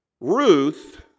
Ruth